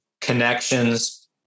connections